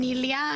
אני ליה,